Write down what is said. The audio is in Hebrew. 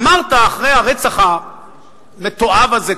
אמרת אחרי הרצח המתועב הזה,